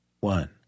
one